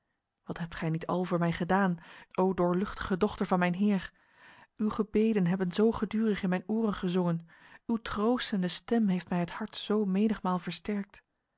wat hebt gij niet al voor mij gedaan o doorluchtige dochter van mijn heer uw gebeden hebben zo gedurig in mijn oren gezongen uw troostende stem heeft mij het hart zo menigmaal versterkt